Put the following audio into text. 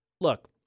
look